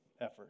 effort